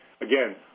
Again